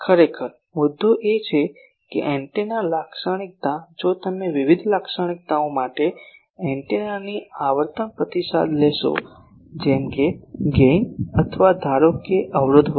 ખરેખર મુદ્દો એ છે કે એન્ટેના લાક્ષણિકતા જો તમે વિવિધ લાક્ષણિકતાઓ માટે એન્ટેનાની આવર્તન પ્રતિસાદ લેશો જેમ કે ગેઇન અથવા ધારો કે અવરોધ વગેરે